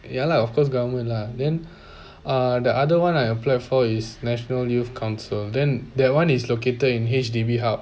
ya lah of course government lah then uh the other one I apply for is national youth council then that one is located in H_D_B hub